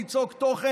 אלא ליצוק תוכן,